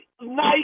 nice